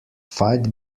fight